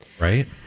Right